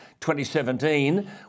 2017